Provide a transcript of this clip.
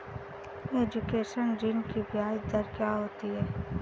Education ऋृण की ब्याज दर क्या होती हैं?